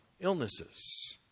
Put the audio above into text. illnesses